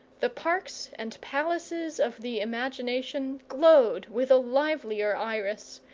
the parks and palaces of the imagination glowed with a livelier iris,